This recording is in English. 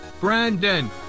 brandon